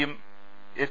യും എച്ച്